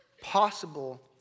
possible